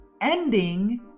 ending